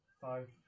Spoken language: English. Five